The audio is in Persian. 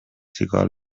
سیگال